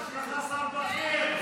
יש לך שר בכיר.